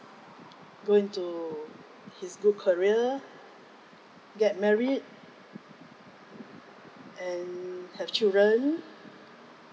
go into his good career get married and have children